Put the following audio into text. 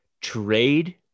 trade